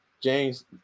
james